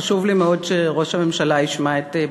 חשוב לי מאוד שראש הממשלה ישמע את בקשתי.